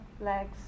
legs